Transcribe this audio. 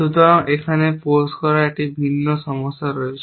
সুতরাং এখানে পোজ করার একটি ভিন্ন সমস্যা আছে